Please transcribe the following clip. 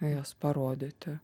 jas parodyti